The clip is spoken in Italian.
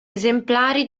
esemplari